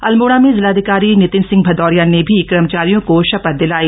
अल्मोड़ा में जिलाधिकारी नितिन सिंह भदौरिया ने भी कर्मचारियों को शपथ दिलाई